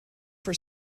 for